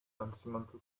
instrumental